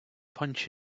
punch